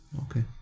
okay